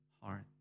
heart